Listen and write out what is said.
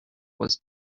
was